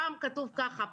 פעם כתוב ככה,